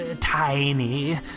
tiny